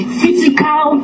physical